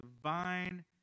divine